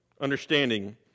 understanding